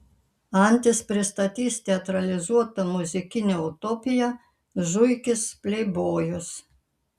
antis pristatys teatralizuotą muzikinę utopiją zuikis pleibojus